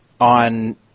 on